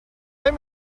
let